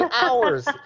hours